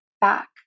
back